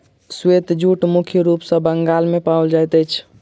श्वेत जूट मुख्य रूप सॅ बंगाल मे पाओल जाइत अछि